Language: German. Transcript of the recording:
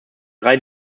drei